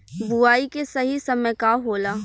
बुआई के सही समय का होला?